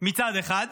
מצד אחד,